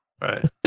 right